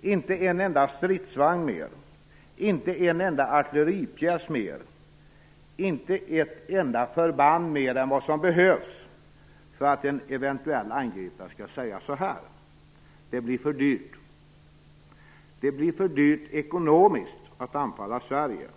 inte en enda stridsvagn mer, inte en enda artilleripjäs mer, inte ett enda förband mer än vad som behövs för att en eventuell angripare skall säga: Det blir för dyrt. Det blir för dyrt ekonomiskt att anfalla Sverige.